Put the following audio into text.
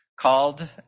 called